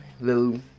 little